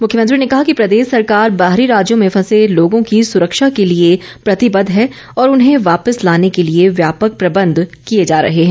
मुख्यमंत्री ने कहा कि प्रदेश सरकार बाहरी राज्यों में फंसे लोगों की सुरक्षा के लिए प्रतिबद्ध है और उन्हें वापिस लाने के लिए व्यापक प्रबंध किए जा रहे हैं